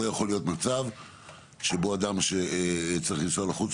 לא יכול להיות מצב שבו אדם שצריך לנסוע לחוץ